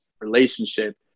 relationship